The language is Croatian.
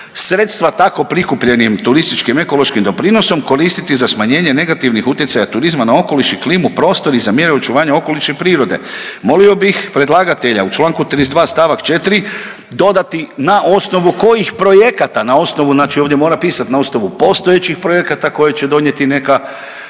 sredstva tako prikupljenim turističkim ekološkim doprinosom koristiti za smanjenje negativnih utjecaja turizma na okoliš i klimu, prostor i za mjeru očuvanja okoliša i prirode. Molio bih predlagatelja u čl. 32. st. 4. dodati na osnovu kojih projekata, na osnovu, znači ovdje mora pisat na osnovu postojećih projekata koje će donijeti neka,